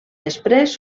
després